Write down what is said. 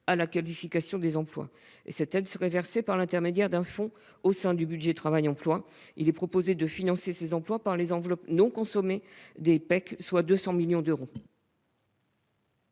à la qualification des emplois. Cette aide serait versée par l'intermédiaire d'un fonds au sein du budget de la mission « Travail et emploi ». Nous proposons de financer ces emplois par les enveloppes non consommées des PEC, soit 200 millions d'euros.